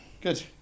Good